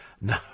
No